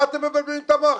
מה אתם מבלבלים את המוח.